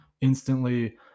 instantly